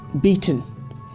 beaten